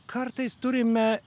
kartais turime